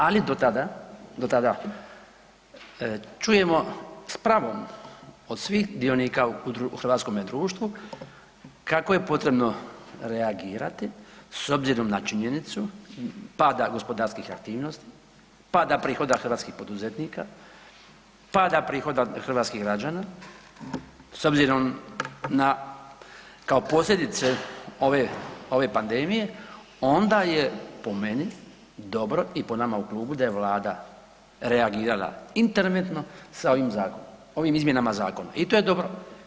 Ali do tada čujemo s pravom od svih dionika u hrvatskom društvu kako je potrebno reagirati s obzirom na činjenicu pada gospodarskih aktivnosti, pada prihoda hrvatskih poduzetnika, pada prihoda hrvatskih građana s obzirom na kao posljedice ove pandemije onda je po meni dobro i po nama u klubu da je Vlada reagirala interventno sa ovim zakonom, ovim izmjenama zakona i to je dobro.